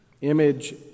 image